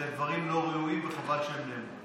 אלה דברים לא ראויים, וחבל שהם נאמרו.